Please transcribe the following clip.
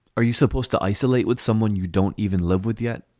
are you supposed to isolate with someone you don't even love with yet?